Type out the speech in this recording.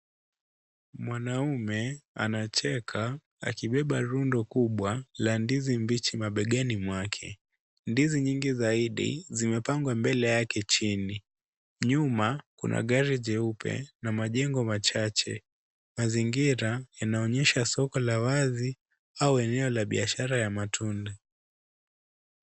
Mwanaume anacheka, akibeba rundo kubwa, la ndizi mbichi mabegani mwake, ndizi nyingi zaidi, zimepangwa mbele yake chini, nyuma kuna gari jeupe, na majengo machache, mazingira yanaonyesha soko la wazi, au eneo la biashara ya matunda.